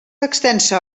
extensa